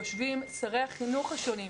יושבים שרי החינוך השונים ואומרים: